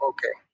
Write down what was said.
Okay